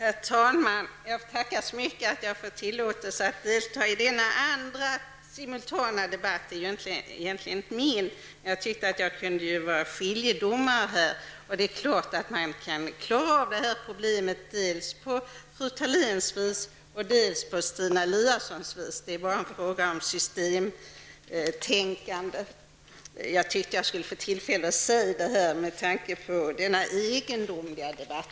Herr talman! Jag får tacka så mycket för att jag får tillåtelse att delta i denna andra simultana debatt. Jag är ju egentligen inte med i debatten, men jag tänkte att jag kunde vara skiljedomare. Det är klart att man kan klara av det här problemet dels på fru Thaléns vis, dels på Stina Eliassons vis. Det är bara en fråga om systemtänkande. Jag tyckte att jag skulle få tillfälle att säga detta, med tanke på denna egendomliga debatt.